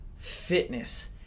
Fitness